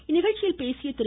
இந்நிகழ்ச்சியில் பேசிய திரு